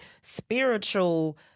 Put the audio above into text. spiritual